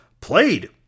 played